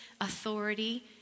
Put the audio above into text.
authority